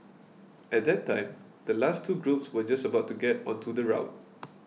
at that time the last two groups were just about to get onto the route